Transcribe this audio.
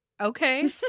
Okay